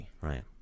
Right